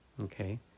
okay